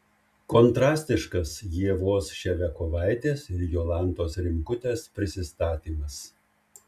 kontrastiškas ievos ševiakovaitės ir jolantos rimkutės prisistatymas